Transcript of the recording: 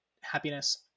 happiness